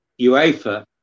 UEFA